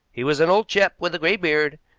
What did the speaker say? he was an old chap with a gray beard,